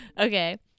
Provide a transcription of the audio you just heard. Okay